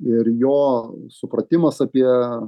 ir jo supratimas apie